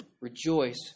Rejoice